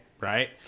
right